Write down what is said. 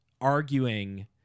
arguing